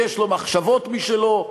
ויש לו מחשבות משלו,